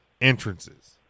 entrances